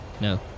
No